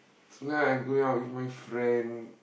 it's lah I going out with my friend